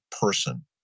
person